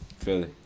Philly